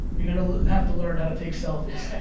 you're gonna have to learn how to take selfies.